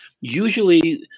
Usually